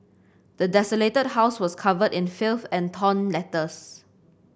the desolated house was covered in filth and torn letters